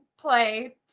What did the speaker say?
play